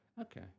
Okay